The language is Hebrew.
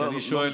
כשאני שואל,